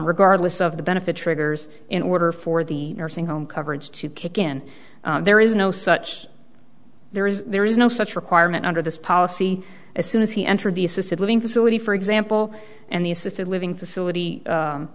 regardless of the benefit triggers in order for the nursing home coverage to kick in there is no such there is there is no such requirement under this policy as soon as he entered the assisted living facility for example and the assisted living facility